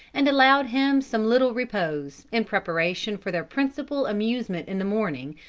and allowed him some little repose, in preparation for their principal amusement in the morning,